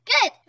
Good